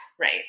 Right